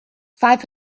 five